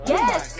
Yes